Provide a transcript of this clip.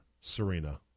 Serena